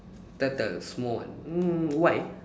turtle small one mm why